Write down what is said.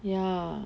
ya